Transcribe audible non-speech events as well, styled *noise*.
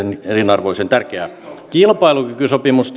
ensiarvoisen tärkeää kilpailukykysopimus *unintelligible*